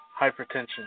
Hypertension